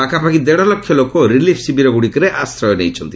ପାଖାପାଖି ଦେଡ଼ ଲକ୍ଷ ଲୋକ ରିଲିଫ୍ ଶିବିରଗୁଡ଼ିକରେ ଆଶ୍ରୟ ନେଇଛନ୍ତି